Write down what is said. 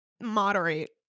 moderate